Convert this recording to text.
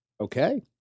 Okay